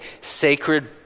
sacred